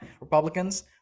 Republicans